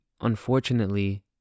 unfortunately